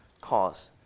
cause